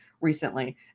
recently